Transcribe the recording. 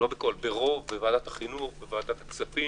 בוועדת החינוך, בוועדת הכספים,